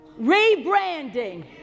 Rebranding